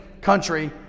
country